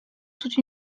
toute